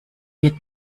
wir